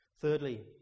Thirdly